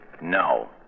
No